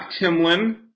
Timlin